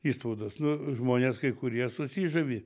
išspaudas nu žmonės kai kurie susižavi